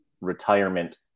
retirement